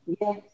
Yes